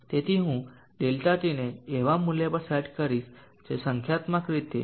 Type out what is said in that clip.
તેથી હું∆t ને એવા મૂલ્ય પર સેટ કરીશ જે સંખ્યાત્મક રીતે 4